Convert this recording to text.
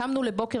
קמנו לבוקר,